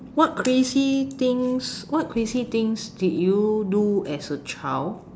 what crazy things what crazy things did you do as a child